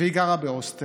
והיא גרה בהוסטל,